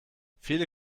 viele